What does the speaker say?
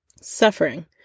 Suffering